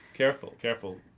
careful, careful.